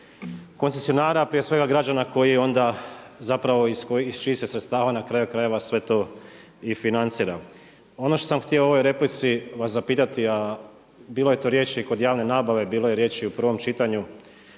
koncesionara, a prije svega građana iz čijih se sredstava na kraju krajeva i sve to i financira. Ono što sam htio u ovoj replici vas zapitati, a bilo je tu riječi o javne nabave, bilo je riječi u prvom čitanju,